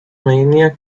romania